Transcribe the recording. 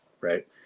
right